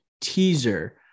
teaser